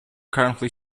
currently